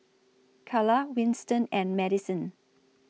Kala Winston and Madison